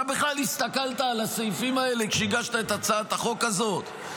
אתה בכלל הסתכלת על הסעיפים האלה כשהגשת את הצעת החוק הזאת?